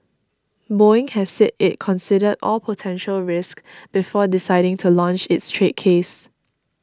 Boeing has said it considered all potential risks before deciding to launch its trade case